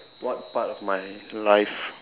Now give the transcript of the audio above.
what part of my life